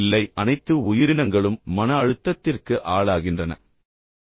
இல்லை அனைத்து உயிரினங்களும் மன அழுத்தத்திற்கு ஆளாவது போன்றது என்று நாங்கள் விவாதித்தோம்